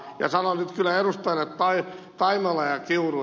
sanon nyt kyllä edustajille taimela ja kiuru